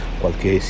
qualche